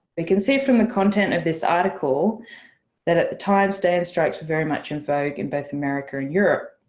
we can see from the content of this article that at the time stay-in strikes were very much in vogue in both america and europe.